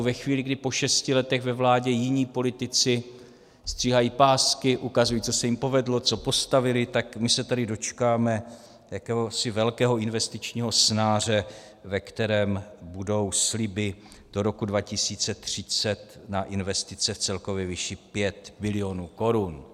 Ve chvíli, kdy po šesti letech ve vládě jiní politici stříhají pásky, ukazují, co se jim povedlo, co postavili, tak my se tady dočkáme jakéhosi velkého investičního snáře, ve kterém budou sliby do roku 2030 na investice v celkové výši 5 bilionů korun.